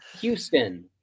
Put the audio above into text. houston